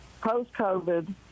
post-COVID